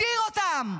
מדיר אותם.